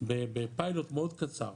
בפיילוט מאוד קצר.